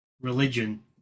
religion